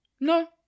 no